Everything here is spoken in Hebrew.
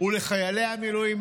ולחיילי המילואים.